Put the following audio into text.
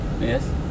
Yes